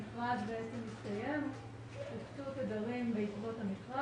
המכרז הסתיים ובעקבותיו הוקצו תדרים.